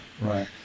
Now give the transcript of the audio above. right